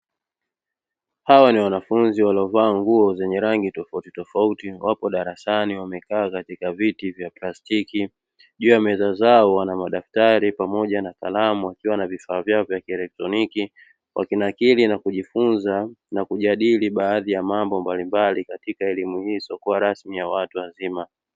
Hawa ni wanafunzi waliovaa nguo zenye rangi tofautitofauti, wapo darasani wamekaa katika viti vya plastiki. Juu ya meza zao wana madaftari pamoja na kalamu wakiwa na vifaa vyao vya kielektroniki, wakinakili na kujifunza na kujadili baadhi ya mambo mbalimbali katika elimu hii isiyokuwa rasmi ya watu wazima.